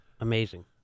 amazing